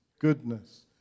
goodness